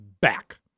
back